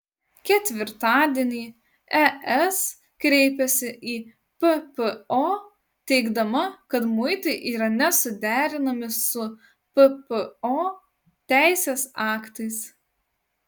ketvirtadienį es kreipėsi į ppo teigdama kad muitai yra nesuderinami su ppo teisės aktais